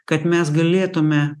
kad mes galėtume